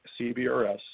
CBRS